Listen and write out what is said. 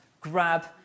grab